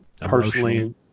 personally